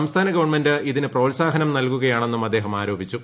സംസ്ഥാന ഗവൺമെന്റ് ഇതിന് പ്രോത്സാഹനം നൽകുകയാണെന്നും അദ്ദേഹം ആരോപിച്ചു